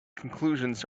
conclusions